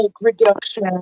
reduction